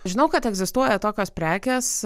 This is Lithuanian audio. žinau kad egzistuoja tokios prekės